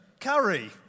curry